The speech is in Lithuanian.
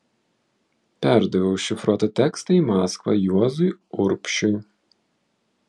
perdaviau užšifruotą tekstą į maskvą juozui urbšiui